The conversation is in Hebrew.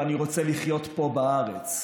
ואני רוצה לחיות פה בארץ.